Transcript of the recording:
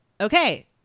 Okay